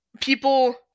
people